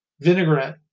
Vinaigrette